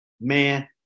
Man